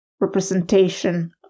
representation